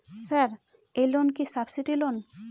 Sir এই loan কি subsidy loan?